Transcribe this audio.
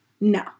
no